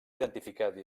identificat